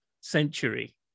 century